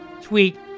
tweet